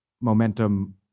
momentum